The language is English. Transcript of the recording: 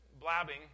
blabbing